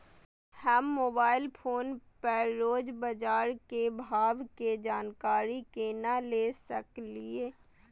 हम mobile phone पर रोज बाजार के भाव के जानकारी केना ले सकलिये?